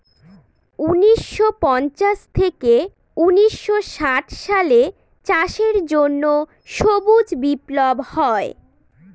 উনিশশো পঞ্চাশ থেকে উনিশশো ষাট সালে চাষের জন্য সবুজ বিপ্লব হয়